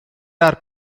are